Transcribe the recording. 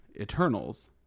Eternals